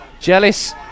Jealous